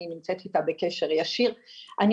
אני נמצאת איתה בקשר ישיר.